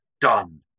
done